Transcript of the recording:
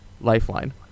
Lifeline